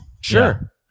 Sure